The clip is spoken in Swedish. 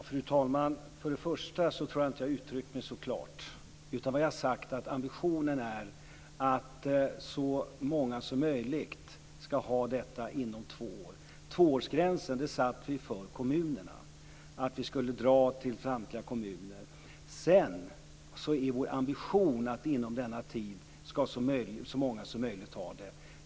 Fru talman! Först och främst tror jag inte att jag har uttryckt mig så klart. Vad jag har sagt är att ambitionen är att så många som möjligt ska ha detta inom två år. Tvåårsgränsen satte vi för kommunerna - alltså att det skulle dras till samtliga kommuner. Dessutom är det vår ambition att inom denna tid ska så många som möjligt ha detta.